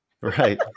Right